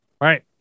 right